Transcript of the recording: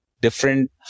different